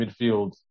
midfield